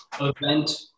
event